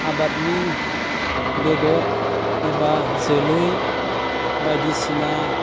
आबादनि बेगर एबा जोलै बायदिसिना